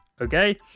okay